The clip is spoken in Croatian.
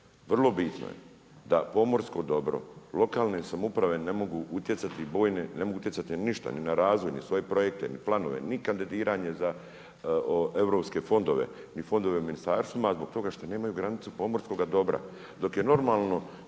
Vrlo bitno je da pomorsko dobro, lokalne samouprave, ne mogu utjecati ni na ništa, ni na razvoj, ni na svoje projekte, ni planove, ni kandidiranje za europske fondove, ni fondove ministarstvima, zbog toga što nemaju granicu pomorskoga dobra. Dok je normalno